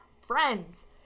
friends